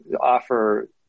offer